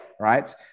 right